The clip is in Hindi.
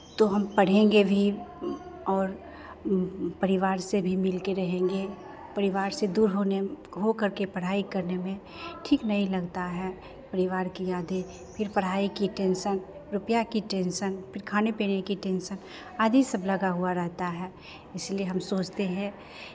तो हम पढ़ेंगे भी और परिवार से भी मिल के रहेंगे परिवार से दूर होने होकर कर के पढ़ाई करने में ठीक नहीं लगता है परिवार की यादें फिर पढ़ाई की टेंशन रुपैया की टेंशन फिर खाने पीने की टेंशन आदि सब लगा रहता है इसलिये हम सोचते हैं